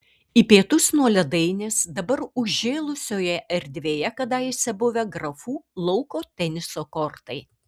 į pietus nuo ledainės dabar užžėlusioje erdvėje kadaise buvę grafų lauko teniso kortai